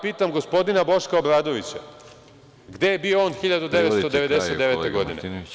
Pitam, gospodina Boška Obradovića gde je bio on 1999. godine?